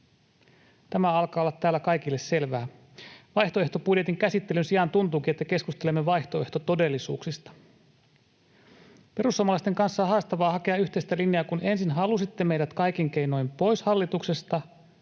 Tämä alkaa olla täällä kaikille selvää. Vaihtoehtobudjetin käsittelyn sijaan tuntuukin, että keskustelemme vaihtoehtotodellisuuksista. Perussuomalaisten kanssa on haastavaa hakea yhteistä linjaa, kun ensin halusitte meidät kaikin keinoin pois hallituksesta